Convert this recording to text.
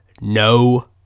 no